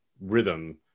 rhythm